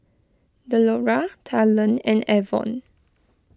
Delora Talen and Avon